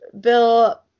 Bill